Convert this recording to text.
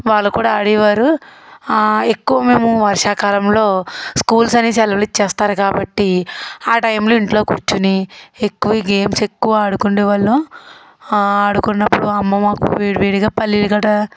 వాళ్ళు కూడా ఆడేవారు ఎక్కువ మేము వర్షాకాలంలో స్కూల్స్ అన్ని సెలవులు ఇచ్చేస్తారు కాబట్టి ఆ టైమ్లో ఇంట్లో కూర్చుని ఎక్కువ ఈ గేమ్స్ ఎక్కువ ఆడుకుండేవాళ్ళం ఆ ఆడుకున్నపుడు అమ్మ మాకు వేడి వేడిగా పల్లిలు గటా